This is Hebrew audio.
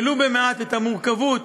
ולו במעט את המורכבות